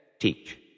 teach